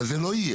זה לא יהיה.